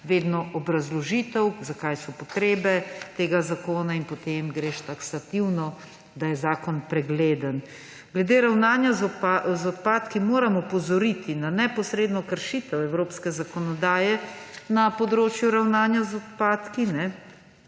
vedno obrazložitev, zakaj so potrebe tega zakona in potem greš taksativno, da je zakon pregleden. Glede ravnanja z odpadki moram opozoriti na neposredno kršitev evropske zakonodaje na področju ravnanja z odpadki